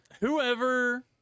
Whoever